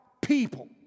people